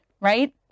Right